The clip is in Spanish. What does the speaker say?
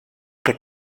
que